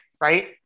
right